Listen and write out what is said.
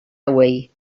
hauei